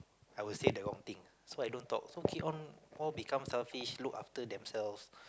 I will say the wrong thing so I don't talk so keep on all become selfish look after themselves